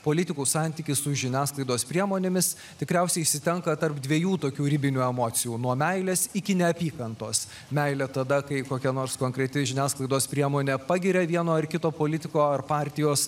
politikų santykis su žiniasklaidos priemonėmis tikriausiai išsitenka tarp dviejų tokių ribinių emocijų nuo meilės iki neapykantos meilė tada kai kokia nors konkreti žiniasklaidos priemonė pagiria vieno ar kito politiko ar partijos